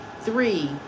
Three